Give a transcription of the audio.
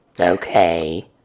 Okay